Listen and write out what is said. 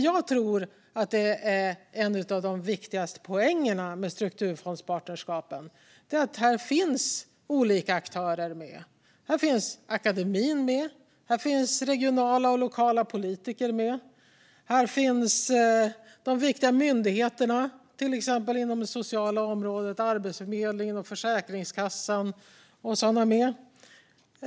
Jag tror att en av de viktigaste poängerna med strukturfondspartnerskapen är att olika aktörer finns med. Här finns akademin, regionala och lokala politiker och de viktiga myndigheterna inom till exempel det sociala området, som Arbetsförmedlingen och Försäkringskassan, med.